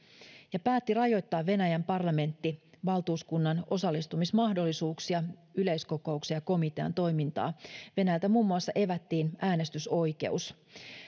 ja päätti rajoittaa venäjän parlamenttivaltuuskunnan osallistumismahdollisuuksia yleiskokoukseen ja komitean toimintaa venäjältä muun muassa evättiin äänestysoikeus